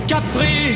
Capri